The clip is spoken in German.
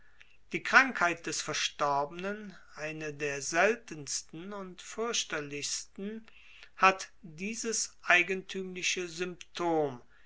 die krankheit des verstorbenen eine der seltensten und fürchterlichsten hat dieses eigentümliche symptom